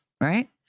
right